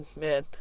Man